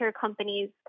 companies